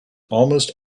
almost